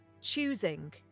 choosing